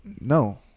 no